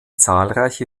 zahlreiche